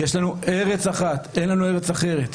יש לנו ארץ אחת, אין לנו ארץ אחרת.